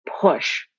push